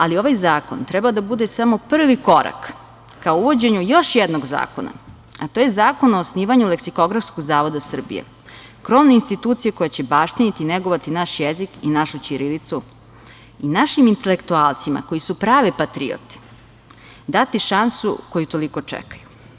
Ali ovaj zakon treba da bude samo prvi korak ka uvođenju još jednog zakona, a to je zakon o osnivanju leksikografskog zavoda Srbije, krovne institucije koja će baštiniti i negovati naš jezik i našu ćirilicu i našim intelektualcima koji su prave patriote dati šansu koju toliko čekaju.